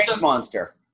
monster